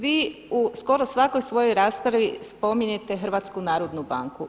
Vi u skoro svakoj svojoj raspravi spominjete HNB.